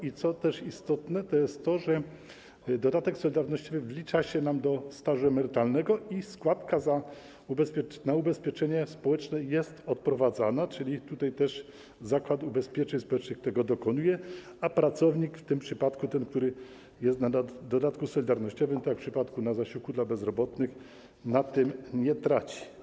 Istotne jest też to, że dodatek solidarnościowy wlicza się nam do stażu emerytalnego i składka na ubezpieczenie społeczne jest odprowadzana, czyli tutaj też Zakład Ubezpieczeń Społecznych tego dokonuje, a pracownik - w tym przypadku ten, który jest na dodatku solidarnościowym, tak jak w przypadku tego, który jest na zasiłku dla bezrobotnych - na tym nie traci.